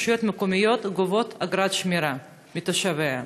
רשויות מקומיות גובות אגרת שמירה מתושביהן.